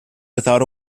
without